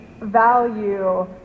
value